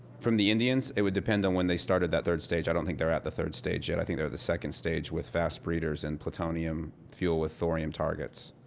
from the indians? it would depend on when they started that third stage. i don't think they're at the third stage. and i think they're at the second stage with fast breeders and plutonium fuel with thorium targets.